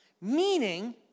meaning